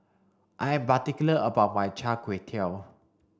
I am particular about my Char Kway Teow